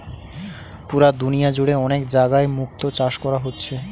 পুরা দুনিয়া জুড়ে অনেক জাগায় মুক্তো চাষ কোরা হচ্ছে